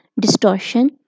distortion